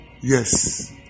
Yes